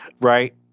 right